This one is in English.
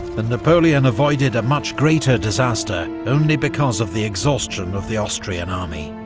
and napoleon avoided a much greater disaster only because of the exhaustion of the austrian army.